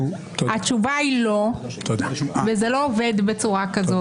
התשובה היא לא, וזה לא עובד בצורה כזאת.